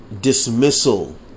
dismissal